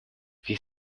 wie